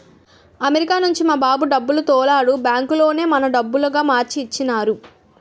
America నుంచి మా బాబు డబ్బులు తోలాడు బ్యాంకులోనే మన డబ్బులుగా మార్చి ఇచ్చినారు